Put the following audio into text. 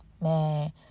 man